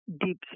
deep